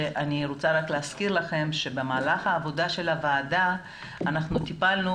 אני רוצה להזכיר לכם שבמהלך עבודת הוועדה אנחנו טיפלנו